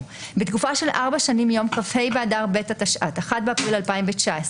"בתקופה של 4 שנים מיום כ"ה באדר ב' התשע"ט (1 באפריל 2019)